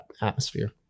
atmosphere